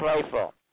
playful